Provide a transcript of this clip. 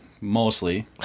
mostly